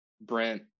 Brent